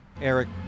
Eric